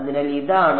അതിനാൽ ഇതാണ്